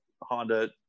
Honda